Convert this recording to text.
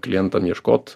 klientam ieškot